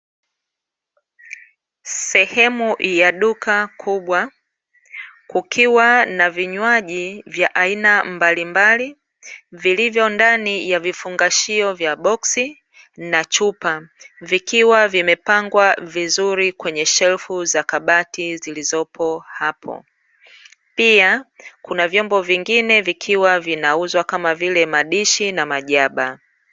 Sehemu ya duka kubwa, kukiwa na vinywaji vya aina mbalimbali ndani ya vifungashio vya boksi na chupa, vikiwa vimepangwa vizuri kwenye shelfu za kabati zilizopo hapo. Pia kuna vyombo vingine vikiwa vinauzwa kama vile madishi na majaba.